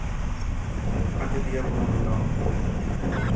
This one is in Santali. ᱟᱡᱳᱫᱤᱭᱟᱹ ᱵᱩᱨᱩ ᱨᱮᱫᱚ